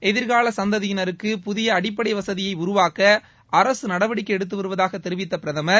எதிர்கால சந்ததியினருக்கு புதிய அடிப்படை வசதியை உருவாக்க அரசு நடவடிக்கை எடுத்து வருவதாக தெரிவித்த பிரதமர்